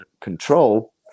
control